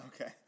Okay